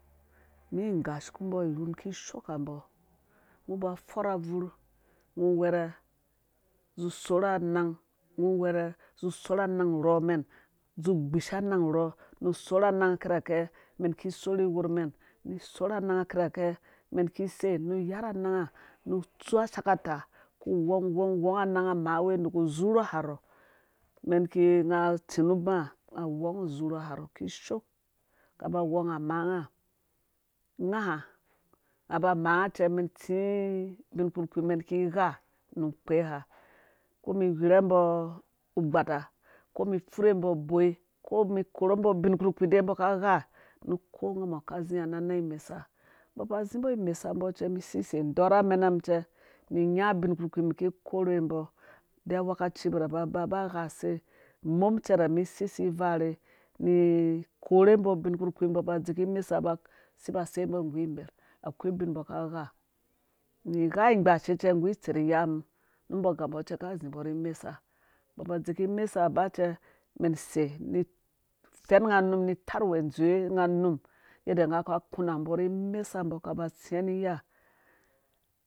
Mum nggashu kum mbo irhum kishoo kambo nu mbɔ aforh abvur ngɔ werhɛ zi sorh anang ngo werhɛ zi sorh anang urhɔ mɛn zi gbisha anang urhɔ nu sorh anang kirha kɛ mɛn ki sorhi iyorh mɛn nu tsu ashakata wong wong wɔng ananga maawe nuku zurhu ha rhɔ men ki na tsi nu uba nga wong zurhu ha rhɔ kishoo nga ba wɔng amaa nga nga ha nga ba maanga cɛ mɛn tsi ubin kpurkpii mɛn ki gha na kpeha ko ni whirha mbɔ ugbata ko mi furhe mbɔ uboi ko mi korhe mbɔ dei ubin kpurkpii mbɔ kai gha nu ko nga mɔ ka zai na nang imesa mbɔ ba zimabo imesa mbɔ cɛ mi sisei dɔrh amena mum cɛ ni nga ubin kpurkpii mi kikorhe mbo de awekaci berhe ba ba ba gha use mum cɛrɛr mum sei si varhe nu korhe ubi kpurkpii mbo ba daaaaazeki imesa ba si ba sei mbo ngu imerh akwai ubin mbɔ ka gha nu gha gbashe cɛ nggu itserh iyamum nu mbɔ gambɔ cɛ kazi mbɔ rhi mesa mbɔ ba ba dzeki mesa ba cɛ ka zi mbɔ rhi mesa mbɔ ba dzeki mesa ba cɛ mɛn sei ni fɛn nga num nu terh uwe dzowe nga num yadda nga ku na mbo rhi mesa mbɔ ba tsiya ni ya